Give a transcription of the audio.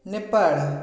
Nepal